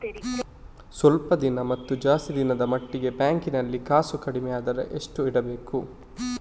ಸ್ವಲ್ಪ ದಿನದ ಮತ್ತು ಜಾಸ್ತಿ ದಿನದ ಮಟ್ಟಿಗೆ ಬ್ಯಾಂಕ್ ನಲ್ಲಿ ಕಾಸು ಕಡಿಮೆ ಅಂದ್ರೆ ಎಷ್ಟು ಇಡಬೇಕು?